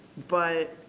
but,